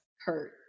hurt